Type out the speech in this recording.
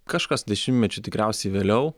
kažkas dešimtmečiu tikriausiai vėliau